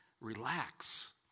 relax